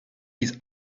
his